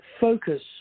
focus